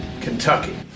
Kentucky